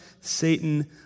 Satan